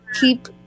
keep